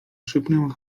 szepnęła